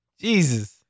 Jesus